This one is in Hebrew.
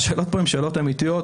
השאלות פה הן שאלות אמיתיות,